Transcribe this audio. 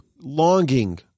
longing